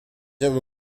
habe